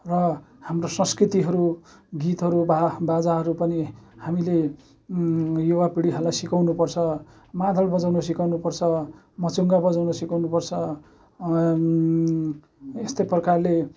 र हाम्रो संस्कृतिहरू गीतहरू बाह् बाजाहरू पनि हामीले युवापिँढीहरूलाई सिकाउनु पर्छ मादल बजाउनु सिकाउनु पर्छ मुर्चुङ्गा बजाउनु सिकाउनु पर्छ यस्तै प्रकारले